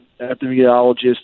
epidemiologist